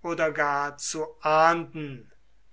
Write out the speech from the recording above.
oder gar zu ahnden